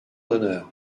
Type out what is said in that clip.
d’honneur